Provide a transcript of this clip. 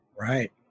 right